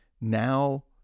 now